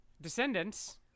descendants